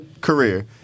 career